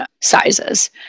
sizes